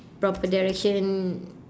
proper direction